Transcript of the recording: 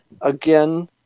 again